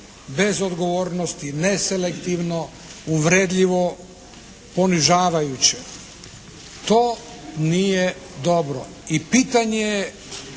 bez odgovornosti, neselektivno, uvredljivo, ponižavajuće. To nije dobro i pitanje je